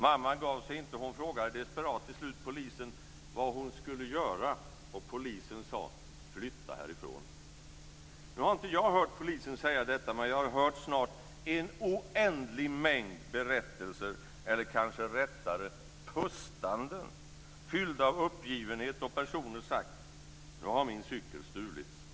Mamman gav sig inte. Hon frågade till slut desperat polisen vad hon skulle göra. Polisen sade: Flytta härifrån. Nu har inte jag hört polisen säga detta, men jag har hört en oändlig mängd berättelser, eller kanske rättare pustanden, fyllda av uppgivenhet då personer sagt: Nu har min cykel stulits.